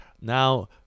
Now